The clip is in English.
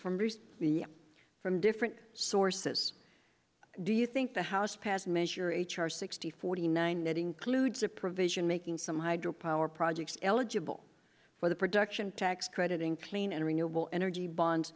from the from different sources do you think the house passed measure h r sixty forty nine that includes a provision making some hydro power projects eligible for the production tax credit in clean and renewable energy bond